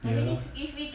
ya lah